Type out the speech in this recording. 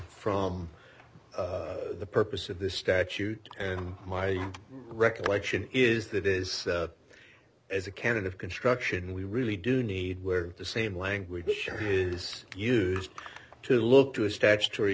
from the purpose of this statute and my recollection is that is as a canon of construction we really do need where the same language is used to look to a statutory